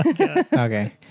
Okay